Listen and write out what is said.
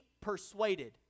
persuaded